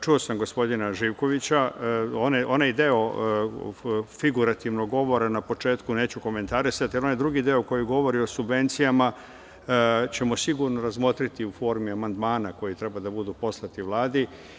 Čuo sam gospodina Živkovića, onaj deo figurativnog govora na početku neću komentarisati, ali onaj drugi deo koji govori o subvencijama ćemo sigurno razmotriti u formi amandmana koji treba da budu poslati Vladi.